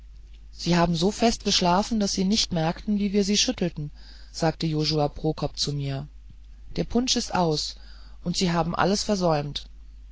sie haben so fest geschlafen daß sie nicht merkten wie wir sie schüttelten sagte josua prokop zu mir der punsch ist aus und sie haben alles versäumt